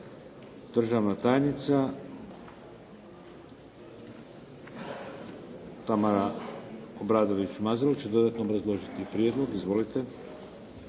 Državna tajnica, Tamara Obradović Mazal će dodatno obrazložiti prijedlog. Izvolite.